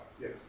Yes